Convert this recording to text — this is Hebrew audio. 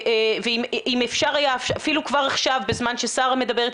אם אפשר אפילו כבר עכשיו בזמן ששרה מדברת